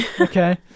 okay